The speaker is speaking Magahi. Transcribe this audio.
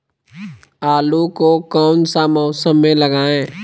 आलू को कौन सा मौसम में लगाए?